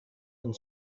and